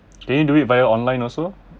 can you do it via online also